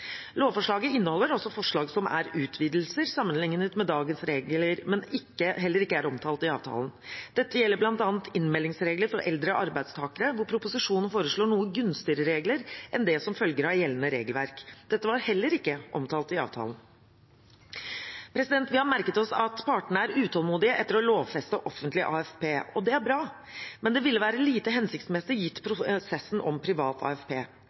Lovforslaget inneholder også forslag som er utvidelser sammenlignet med dagens regler, men er ikke omtalt i avtalen. Dette gjelder bl.a. innmeldingsregler for eldre arbeidstakere, hvor proposisjonen foreslår noe gunstige regler enn det som følger av gjeldende regelverk. Dette var heller ikke omtalt i avtalen. Vi har merket oss at partene er utålmodige etter å lovfeste offentlig AFPF. Det er bra, men det ville være lite hensiktsmessig, gitt prosessen om privat AFP.